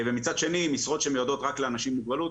ומצד שני, משרות שמיועדות רק לאנשים עם מוגבלות.